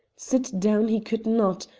sit down he could not,